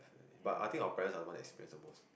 but I think our parents are the one that experience the most